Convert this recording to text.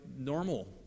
normal